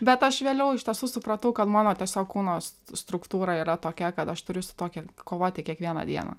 bet aš vėliau iš tiesų supratau kad mano tiesiog kūno struktūra yra tokia kad aš turiu tokį kovoti kiekvieną dieną